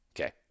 okay